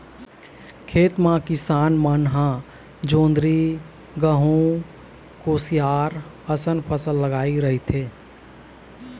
खेत म किसान मन ह जोंधरी, गहूँ, कुसियार असन फसल लगाए रहिथे